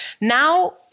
now